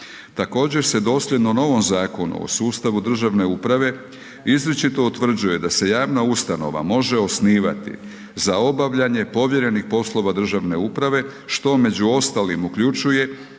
Također se dosljedno novom zakonu o sustavu državne uprave izričito utvrđuje da se javna ustanovama može osnivati za obavljanje povjerenih poslova državne uprave što među ostalim uključuje